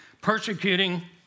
persecuting